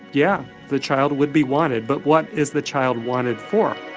yeah, the child would be wanted but what is the child wanted for?